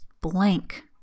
blank